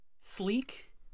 sleek